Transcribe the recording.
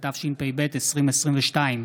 התשפ"ב 2022,